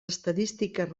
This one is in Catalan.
estadístiques